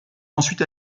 ensuite